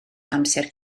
amser